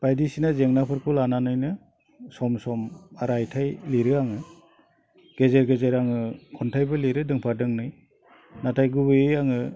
बायदिसिना जेंनाफोरखौ लानानैनो सम सम रायथाइ लिरो आङो गेजेर गेजेर आङो खन्थाइबो लिरो दोंफा दोंनै नाथाय गुबैयै आङो